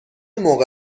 موقع